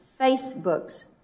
Facebook's